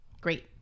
Great